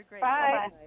Bye